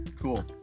Cool